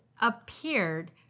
appeared